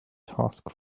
task